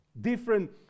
Different